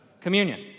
Communion